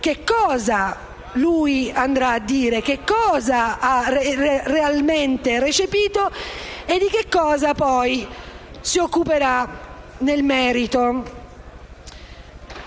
che cosa lui andrà a dire, che cosa ha realmente recepito e di che cosa si occuperà nel merito.